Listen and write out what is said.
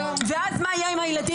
ואז מה יהיה עם הילדים?